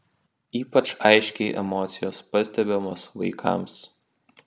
ypač aiškiai emocijos pastebimos vaikams